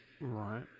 right